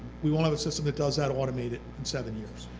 we won't have a system that does that automated in seven years.